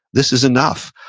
this is enough.